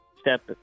step